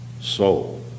soul